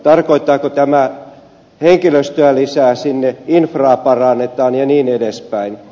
tarkoittaako tämä henkilöstöä lisää sinne infraa parannetaan ja niin edelleen